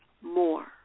more